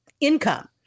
income